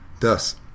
Thus